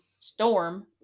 Storm